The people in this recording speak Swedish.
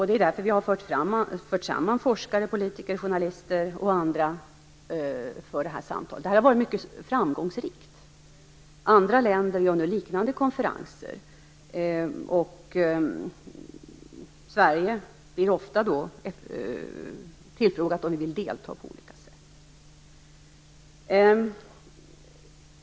Det är därför som jag har fört samman forskare, politiker, journalister och andra för detta samtal. Det har varit mycket framgångsrikt. Andra länder anordnar nu liknande konferenser. Sverige blir då ofta tillfrågat om vi vill delta på olika sätt.